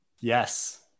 Yes